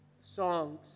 Songs